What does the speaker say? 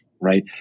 right